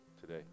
today